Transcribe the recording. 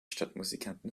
stadtmusikanten